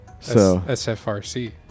SFRC